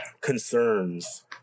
Concerns